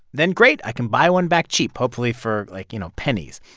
then great i can buy one back cheap, hopefully for, like, you know, pennies.